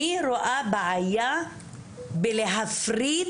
אני רואה בעיה בלהפריט